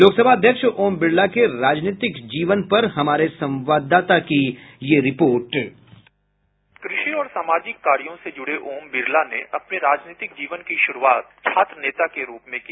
लोकसभा अध्यक्ष ओम बिड़ला के राजनीतिक जीवन पर हमारे संवाददाताकी रिपोर्ट साउंड बाईट कृषि और सामाजिक कार्योसे जुड़े ओम बिड़ला ने अपने राजनीतिक जीवन की शुरूआत छात्र नेता के रूप में की